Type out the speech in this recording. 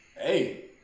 hey